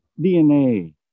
DNA